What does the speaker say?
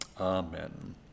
Amen